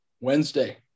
Wednesday